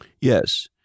Yes